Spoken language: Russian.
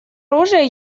оружие